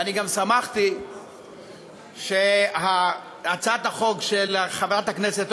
ואני גם שמחתי שהצעת החוק של חברת הכנסת